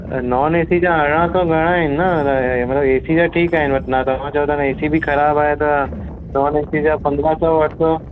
non A C जा अरिड़हं सौ घणिणा आहिनि न मतलबु ए सी जा ठीकु आहिनि तव्हां चयो था ए सी बि ख़राबु आहे त नॉन ए सी जा पंद्रहं सौ वठंदा